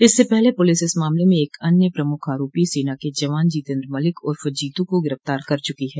इससे पहले पुलिस इस मामले में एक अन्य प्रमुख आरोपी सेना के जवान जितेन्द्र मलिक उर्फ जीतू को गिरफ्तार कर चुकी है